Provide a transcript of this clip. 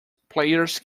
players